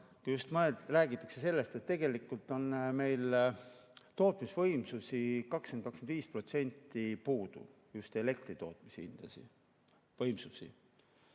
just räägitakse sellest, et tegelikult on meil tootmisvõimsusi 20–25% puudu, just elektri tootmise võimsusi.